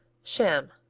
cham,